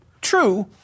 True